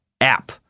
app